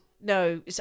No